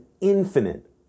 infinite